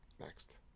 Next